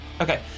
Okay